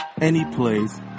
anyplace